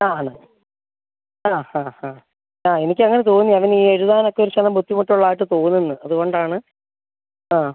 ആണോ ആ ഹാ ഹാ ആ എനിക്ക് അങ്ങനെ തോന്നി അവന് ഈ എഴുതാനൊക്കെ ഒരു ശകലം ബുദ്ധിമുട്ടുള്ളതായിട്ട് തോന്നുന്നു അതുകൊണ്ടാണ് ആ